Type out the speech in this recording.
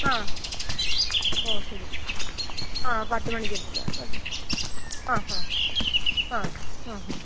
ആ ഓ ശരി ആ പത്തുമണിക്ക് എത്തിക്കാം കേട്ടോ ആ ഹാ ആ ആ ഹാ